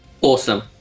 Awesome